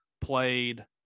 played